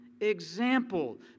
example